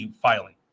filing